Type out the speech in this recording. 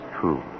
true